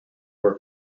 were